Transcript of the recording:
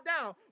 down